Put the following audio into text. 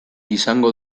izango